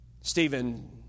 Stephen